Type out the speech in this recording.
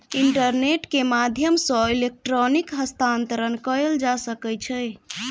internet के माध्यम सॅ इलेक्ट्रॉनिक हस्तांतरण कयल जा सकै छै